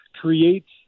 creates